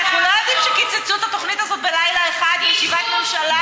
אנחנו לא יודעים שקיצצו את התוכנית הזאת בלילה אחד בישיבת ממשלה.